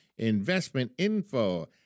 investmentinfo